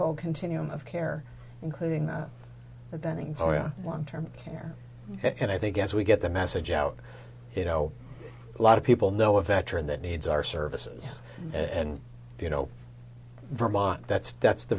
whole continuum of care including the bending for a long term care and i think as we get the message out you know a lot of people know a veteran that needs our services and you know vermont that's that's the